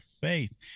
faith